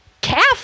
calf